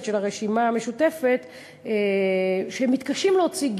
של הרשימה המשותפת מתקשים להוציא גינוי,